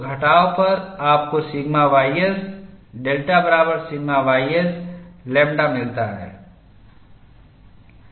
तो घटाव पर आपको सिग्मा ys डेल्टा बराबर सिग्मा ys लैम्ब्डा मिलता है